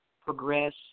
progress